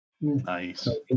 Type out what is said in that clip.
Nice